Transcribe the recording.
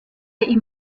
ihm